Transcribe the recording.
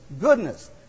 goodness